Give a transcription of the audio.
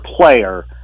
player